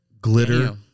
glitter